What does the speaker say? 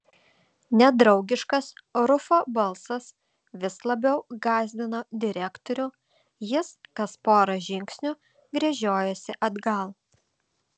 nedraugiškas rufo balsas vis labiau gąsdino direktorių jis kas pora žingsnių gręžiojosi atgal